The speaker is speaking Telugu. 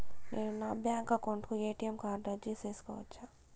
నేను నా బ్యాంకు అకౌంట్ కు ఎ.టి.ఎం కార్డు అర్జీ సేసుకోవచ్చా?